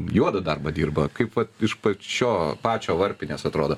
juodą darbą dirba kaip va iš pačio pačio varpinės atrodo